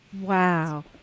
Wow